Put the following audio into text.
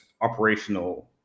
operational